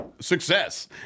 success